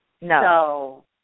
No